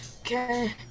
Okay